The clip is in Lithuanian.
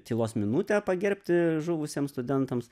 tylos minutę pagerbti žuvusiems studentams